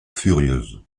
furieuse